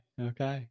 okay